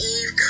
Eve